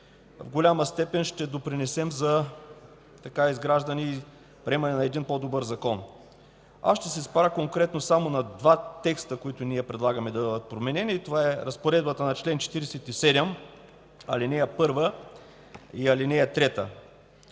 в голяма степен ще допринесем за изграждане и приемане на по-добър закон. Ще се спра конкретно само на два текста, които ние предлагаме да бъдат променени – разпоредбата на чл. 47, ал. 1 и ал. 3.